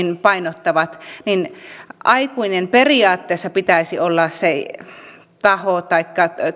painottavat niin aikuisen periaatteessa pitäisi olla se taho tai